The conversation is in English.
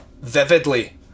vividly